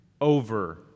over